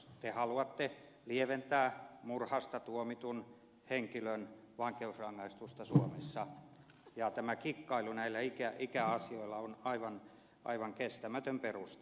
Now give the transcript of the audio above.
te haluatte lieventää murhasta tuomitun henkilön vankeusrangaistusta suomessa ja tämä kikkailu näillä ikäasioilla on aivan kestämätön peruste